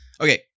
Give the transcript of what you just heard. Okay